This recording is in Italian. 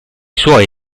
suoi